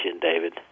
David